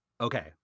Okay